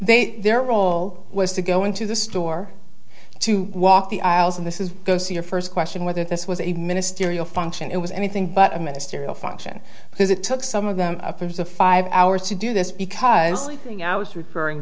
they their role was to go into the store to walk the aisles in this is go see your first question whether this was a ministerial function it was anything but a ministerial function because it took some of them perhaps a five hours to do this because now it's referring